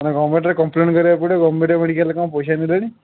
ଗଭର୍ଣ୍ଣମେଣ୍ଟରେ complain କରିବାକୁ ପଡ଼ିବ government ମେଡ଼ିକାଲ୍ରେ କ'ଣ ପଇସା ନେଲେଣି